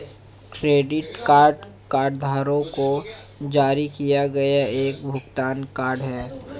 credit card कार्डधारकों को जारी किया गया एक भुगतान कार्ड है